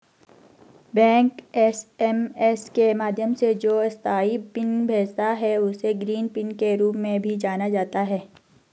bank SMS के माध्यम से जो अस्थायी पिन भेजता है, उसे ग्रीन पिन के रूप में भी जाना जाता है